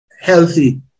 healthy